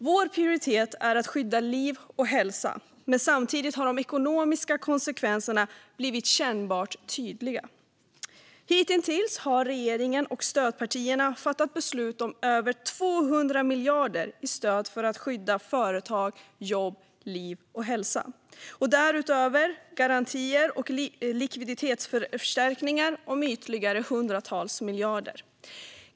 Vår prioritet är att skydda liv och hälsa, men samtidigt har de ekonomiska konsekvenserna blivit kännbart tydliga. Hittills har regeringen och stödpartierna fattat beslut om över 200 miljarder i stöd för att skydda företag, jobb, liv och hälsa. Därutöver kommer garantier och likviditetsförstärkningar om ytterligare hundratals miljarder.